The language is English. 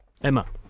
emma